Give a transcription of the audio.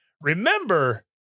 Remember